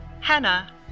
Hannah